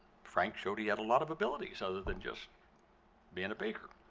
frank showed he had a lot of abilities other than just being a baker.